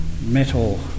metal